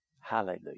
Hallelujah